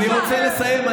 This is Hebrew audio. אני רוצה לסיים.